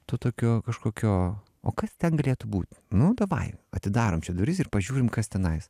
to tokio kažkokio o kas ten turėtų būt nu davai atidarom čia duris ir pažiūrim kas tenais